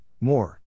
more